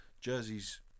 Jersey's